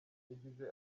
yagize